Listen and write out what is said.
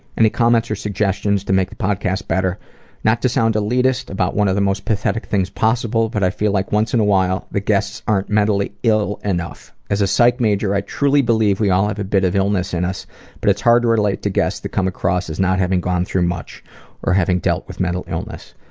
any comments suggestions to make the podcast better not to sound elitist, one of the most pathetic things possible but i feel like once in a while the guests aren't mentally ill enough. as a psych major, i truly believe we all have a bit of illness in us but it's hard to relate to guests that come across as not having gone through much or having dealt with mental illness.